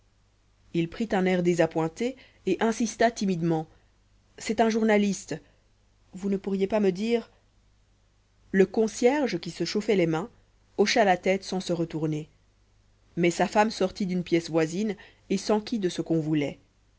il prit un air désappointé et insista timidement c'est un journaliste vous ne pourriez pas me dire le concierge qui se chauffait les mains hocha la tête sans se retourner mais sa femme sortit d'une pièce voisine et s'enquit de ce qu'on voulait